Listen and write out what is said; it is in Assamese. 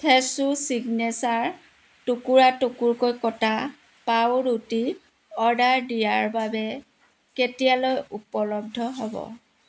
ফ্ৰেছো ছিগনেচাৰ টুকুৰা টুকুৰকৈ কটা পাওৰুটি অৰ্ডাৰ দিয়াৰ বাবে কেতিয়ালৈ উপলব্ধ হ'ব